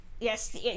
Yes